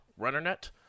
RunnerNet